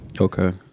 Okay